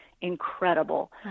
incredible